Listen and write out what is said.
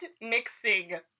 mixing